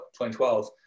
2012